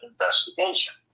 investigation